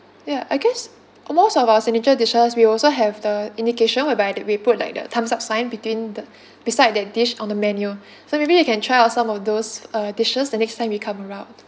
ya I guess uh most of our signature dishes we also have the indication whereby the we put like the thumbs up sign between the beside the dish on the menu so maybe you can try out some of those uh dishes the next time you come around